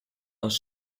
aus